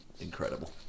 incredible